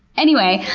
anyway,